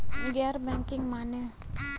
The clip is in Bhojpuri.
गैर बैंकिंग माने?